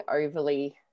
overly